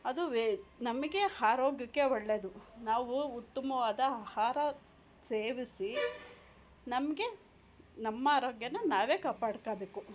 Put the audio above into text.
ಅದುವೇ ನಮಗೆ ಆರೋಗ್ಯಕ್ಕೆ ಒಳ್ಳೆಯದು ನಾವೂ ಉತ್ತಮವಾದ ಆಹಾರ ಸೇವಿಸಿ ನಮಗೆ ನಮ್ಮಆರೋಗ್ಯನ ನಾವೇ ಕಾಪಾಡ್ಕೊಳ್ಬೇಕು